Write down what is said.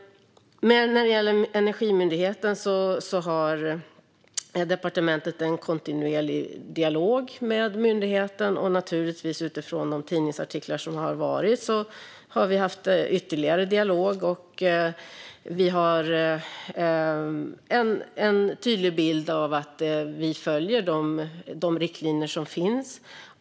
Departementet har en kontinuerlig dialog med Energimyndigheten, och vi har naturligtvis, utifrån de tidningsartiklar som har varit, haft ytterligare dialog. Vi har en tydlig bild av att vi följer de riktlinjer som finns.